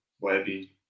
Webby